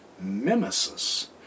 mimesis